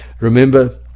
remember